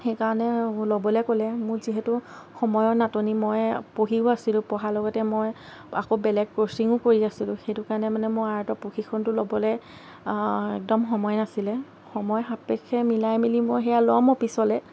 সেইকৰণে ল'বলৈ ক'লে মোৰ যিহেতু সময়ৰ নাটনি মই পঢ়িও আছিলোঁ পঢ়াৰ লগতে মই আকৌ বেলেগ ক'ৰ্ছিঙো কৰি আছিলোঁ সেইটো কাৰণে মানে মই আৰ্টৰ প্ৰশিক্ষণটো লব'লৈ একদম সময় নাছিলে সময় সাপেক্ষে মিলাই মিলি মই সেইয়া ল'মো পিছলৈ